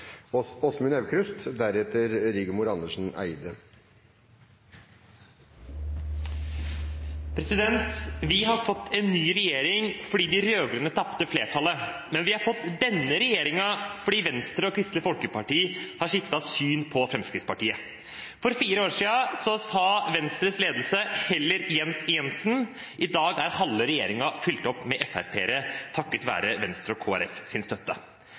Vi har fått en ny regjering fordi de rød-grønne tapte flertallet, men vi har fått denne regjeringen fordi Venstre og Kristelig Folkeparti har skiftet syn på Fremskrittspartiet. For fire år siden sa Venstres ledelse «heller Jens enn Jensen». I dag er halve regjeringen fylt opp med FrP-ere, takket være Venstres og Kristelig Folkepartis støtte.